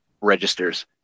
registers